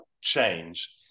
change